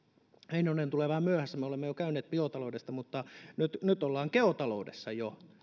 heinonen tulee vähän myöhässä me olemme jo käyneet keskustelua biotaloudesta mutta nyt nyt ollaan geotaloudessa jo